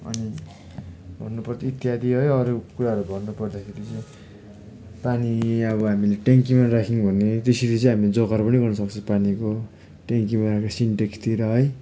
अनि भन्नुपर्दा इत्यादि है अरू कुराहरू भन्नुपर्दाखेरि चाहिँ पानी अब हामीले ट्याङ्कीमा राख्यौँ पनि भने त्यसरी चाहिँ हामी जोगाड पनि गर्नसक्छौँ पानीको ट्याङ्की भयो अब सिन्टेक्सतिर है